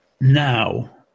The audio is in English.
now